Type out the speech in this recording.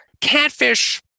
Catfish